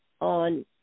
on